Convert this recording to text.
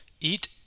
Eat